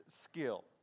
skill